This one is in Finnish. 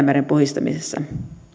töitä itämeren puhdistamisessa